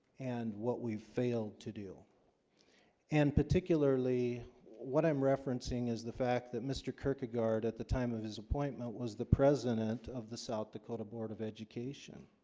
and what? we've failed to do and particularly what i'm referencing is the fact that mr. kirkegaard at the time of his appointment was the president of the south dakota board of education